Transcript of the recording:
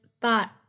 thought